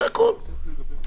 בשום פנים ואופן לא.